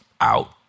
out